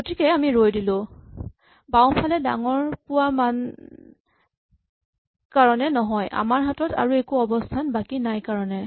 গতিকে আমি ৰৈ দিলো বাওঁফালে ডাঙৰ মান পোৱা কাৰণে নহয় আমাৰ হাতত আৰু একো অৱস্হন বাকী নাই কাৰণে